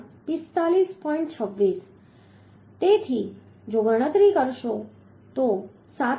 26 તેથી જો ગણતરી કરશો તો 7